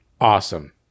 Awesome